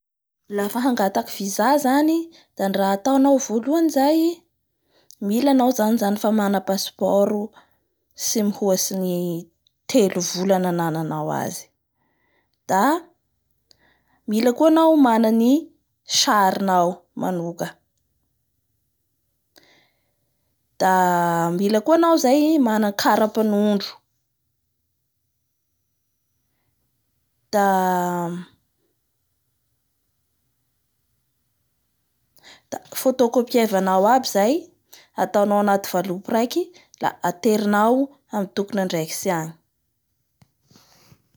Lafa hangataky visa zany da ny raha ataonao volohany zay mila anao zay zany fa mana passeport tsy mihoatsin'ny telovolanana ny nananao azy da mila koa anao mana ny sarinao manoka, da mia koa anaoa zay mana ny karapanaondro, da da photocopie-vanao aby zay la ataoanao anaty vaopy raiky la aterinao amin'ny tomponandraikitsy agny.